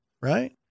right